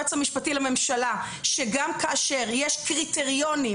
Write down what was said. היועץ המשפטי לממשלה שגם כאשר יש קריטריונים